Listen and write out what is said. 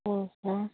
four four